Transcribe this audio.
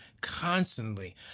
constantly